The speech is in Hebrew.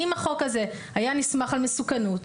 אם החוק הזה היה נסמך על מסוכנות,